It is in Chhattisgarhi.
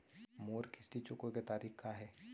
मोर किस्ती चुकोय के तारीक का हे?